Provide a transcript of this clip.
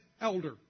elder